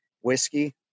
whiskey